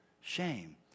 shame